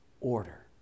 order